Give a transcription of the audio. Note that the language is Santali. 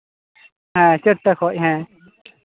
ᱦᱮᱸ ᱪᱟᱹᱨᱴᱟ ᱠᱷᱚᱱ ᱦᱮᱸ